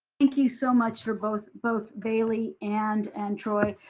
thank you so much for both both baylee and and troy.